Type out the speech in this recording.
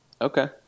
Okay